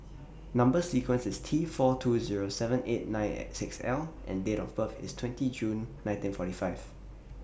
Number sequence IS T four two Zero seven eight nine six L and Date of birth IS twenty June nineteen forty five